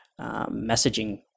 messaging